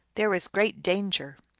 there is great danger.